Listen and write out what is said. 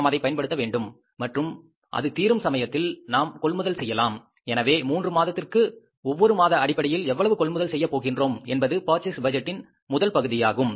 நாம் அதை பயன்படுத்த வேண்டும் மற்றும் அது தீரும் சமயத்தில் நாம் கொள்முதல் செய்யலாம் எனவே மூன்று மாதத்திற்கு ஒவ்வொரு மாத அடிப்படையில் எவ்வளவு கொள்முதல் செய்யப் போகின்றோம் என்பது பர்சேஸ் பட்ஜெட்டின் முதல் பகுதியாகும்